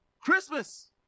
Christmas